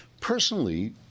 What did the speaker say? Personally